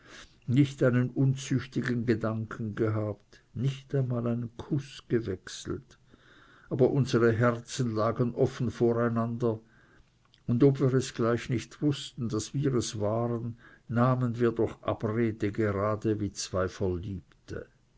nicht einen unzüchtigen gedanken gehabt nicht einmal einen kuß gewechselt aber unsere herzen lagen offen voreinander und ob wir es gleich nicht wußten daß wir es waren nahmen wir doch abrede gerade wie zwei verliebte